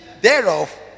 thereof